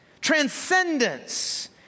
transcendence